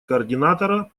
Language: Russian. координатора